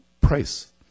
price